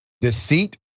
deceit